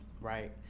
Right